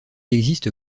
existe